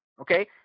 okay